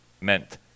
meant